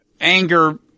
anger